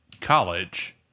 college